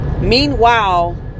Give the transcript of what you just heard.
Meanwhile